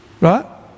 right